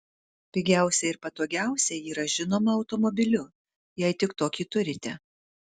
pigiausia ir patogiausia yra žinoma automobiliu jei tik tokį turite